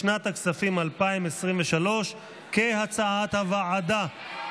לשנת הכספים 2023, כהצעת הוועדה.